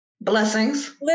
blessings